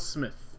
Smith